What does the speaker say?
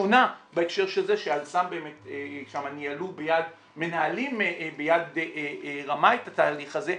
שונה בהקשר של זה ש"אל סם" באמת שם מנהלים ביד רמה את התהליך הזה,